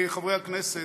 גברתי היושבת-ראש,